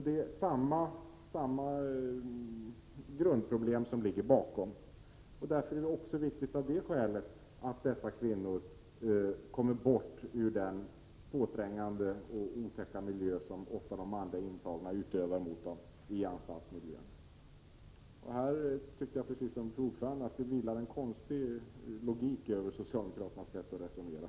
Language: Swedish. Det är samma grundproblem som ligger bakom, och därför är det viktigt också av det skälet att dessa kvinnor kommer bort från den påträngande och otäcka behandling som de manliga intagna utsätter dem för i anstaltsmiljön. Liksom utskottets ordförande tycker jag att det vilar en konstig logik över socialdemokraternas sätt att resonera.